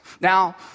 Now